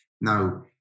Now